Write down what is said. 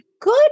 Good